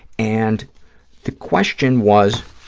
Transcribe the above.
and the question was,